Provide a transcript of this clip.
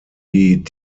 die